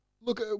Look